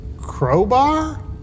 Crowbar